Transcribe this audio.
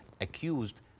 accused